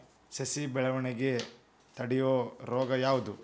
ಸಸಿ ಬೆಳವಣಿಗೆ ತಡೆಯೋ ರೋಗ ಯಾವುದು?